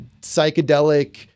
psychedelic